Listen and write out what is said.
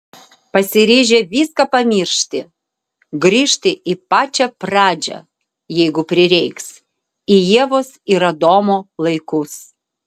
pasiryžę viską pamiršti grįžti į pačią pradžią jeigu prireiks į ievos ir adomo laikus